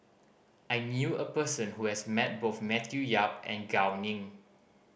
I knew a person who has met both Matthew Yap and Gao Ning